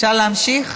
אפשר להמשיך?